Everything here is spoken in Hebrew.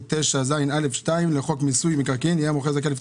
היות שהגענו להסכמות אני מבקש מכל סיעה לנמק